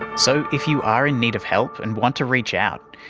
so, if you are in need of help and want to reach out,